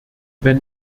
wenn